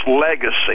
legacy